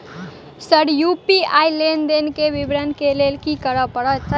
Sir UPI लेनदेन केँ विवरण केँ लेल की करऽ परतै?